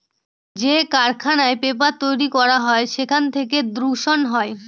যে কারখানায় পেপার তৈরী করা হয় সেখান থেকে দূষণ হয়